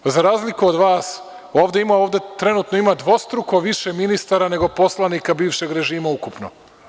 Za razliku od vas, ovde trenutno ima dvostruko više ministara nego poslanika bivšeg režima ukupno.